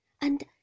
And